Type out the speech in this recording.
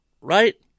right